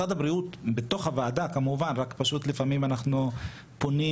משרד הבריאות בתוך הוועדה רק פשוט לפעמים אנחנו פונים,